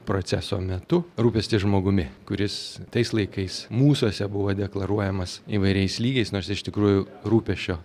proceso metu rūpestis žmogumi kuris tais laikais mūsuose buvo deklaruojamas įvairiais lygiais nors iš tikrųjų rūpesčio